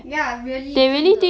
ya really 真的